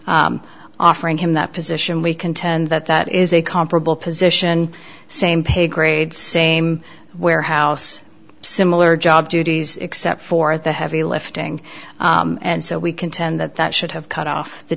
offering him that position we contend that that is a comparable position same pay grade same warehouse similar job duties except for the heavy lifting and so we contend that that should have cut off the